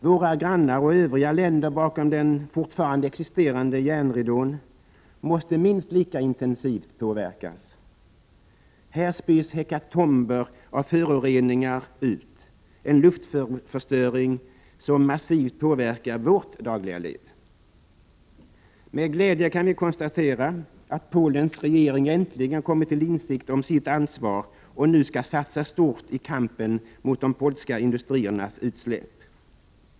Våra grannar och övriga länder bakom den fortfarande existerande järnridån måste minst lika intensivt påverkas. Här spys hekatomber av föroreningar ut, en luftförstöring som massivt påverkar vårt dagliga liv. Med glädje kan vi svenskar konstatera att Polens regering äntligen kommit till insikt om sitt ansvar och nu skall satsa stort i kampen mot de polska industriernas utsläpp.